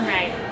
Right